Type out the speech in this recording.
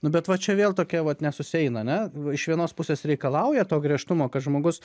nu bet va čia vėl tokia vat nesusieina ar ne iš vienos pusės reikalauja to griežtumo kad žmogus